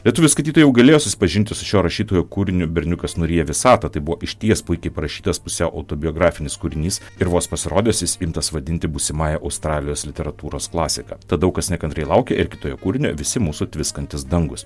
lietuvių skaitytojai jau galėjo susipažinti su šio rašytojo kūriniu berniukas nuryja visatą tai buvo išties puikiai parašytas pusiau autobiografinis kūrinys ir vos pasirodęs jis imtas vadinti būsimąja australijos literatūros klasika tad daug kas nekantriai laukė ir kito jo kūrinio visi mūsų tviskantys dangūs